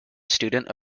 student